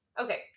Okay